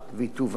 כמקובל,